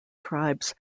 tribes